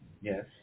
Yes